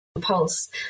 pulse